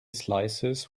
slices